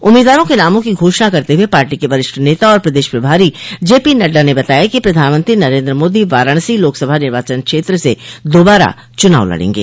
उम्मीदवारों के नामों की घोषणा करते हुए पार्टी के वरिष्ठ नेता और प्रदेश प्रभारी जेपी नड्डा ने बताया कि प्रधानमंत्री नरेन्द्र मोदी वाराणसी लोकसभा निर्वाचन क्षेत्र से दाबारा चुनाव लड़ेंगे